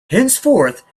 henceforth